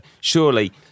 Surely